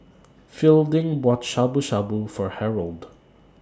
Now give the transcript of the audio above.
Fielding bought Shabu Shabu For Harold